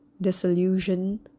disillusion